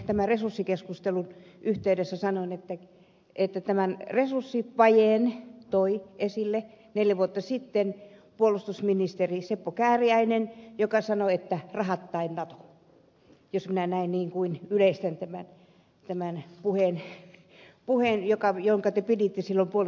kiitin teitä ja sanoin että tämän resurssivajeen toi esille neljä vuotta sitten puolustusministeri seppo kääriäinen joka sanoi että rahat tai nato jos minä näin niin kuin yleistän tämän puheen jonka te piditte silloin puolustusministerinä